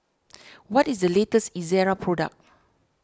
what is the latest Ezerra product